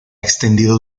extendido